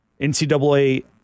NCAA